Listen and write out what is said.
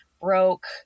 broke